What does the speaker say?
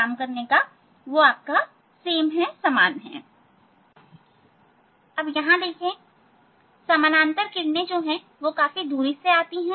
काफी दूरी से समानांतर किरणें आती है